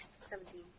Seventeen